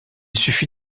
suffit